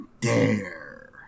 dare